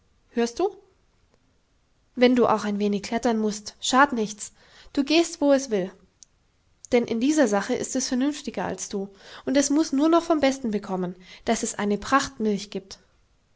hörst du wenn du auch ein wenig klettern mußt schad't nichts du gehst wo es will denn in dieser sache ist es vernünftiger als du und es muß nur noch vom besten bekommen daß es eine prachtmilch gibt